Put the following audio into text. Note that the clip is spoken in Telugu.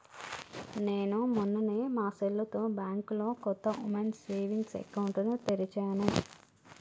నేను మొన్ననే మా సెల్లుతో బ్యాంకులో కొత్త ఉమెన్స్ సేవింగ్స్ అకౌంట్ ని తెరిచాను